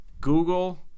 Google